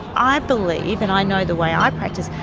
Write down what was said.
i believe and i know the way i practice,